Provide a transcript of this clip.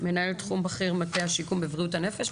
מנהלת תחום בכיר מטה השיקום בבריאות הנפש.